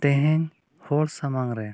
ᱛᱮᱦᱮᱧ ᱦᱚᱲ ᱥᱟᱢᱟᱝ ᱨᱮ